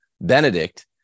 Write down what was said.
Benedict